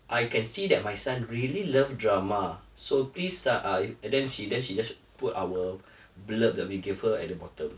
I can see that my son really love drama so please s~ ah then she then she just put our blurb that we give her at the bottom